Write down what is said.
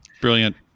brilliant